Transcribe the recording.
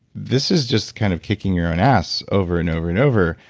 this is just kind of kicking your own ass over and over and over.